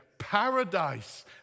paradise